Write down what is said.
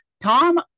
Tom